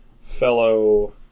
Fellow